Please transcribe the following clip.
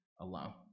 alone